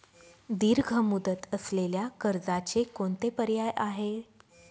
दीर्घ मुदत असलेल्या कर्जाचे कोणते पर्याय आहे?